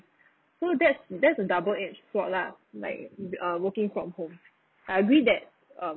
so that's that's a double edged sword lah like um working from home I agree that um